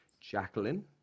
Jacqueline